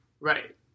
right